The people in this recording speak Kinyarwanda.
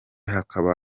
hakaba